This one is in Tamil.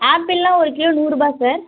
ஆப்பிள்லாம் ஒரு கிலோ நூறுரூபா சார்